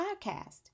podcast